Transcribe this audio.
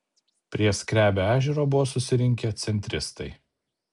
prie skrebio ežero buvo susirinkę centristai